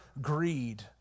greed